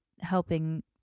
helping